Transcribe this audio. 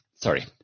Sorry